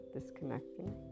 disconnecting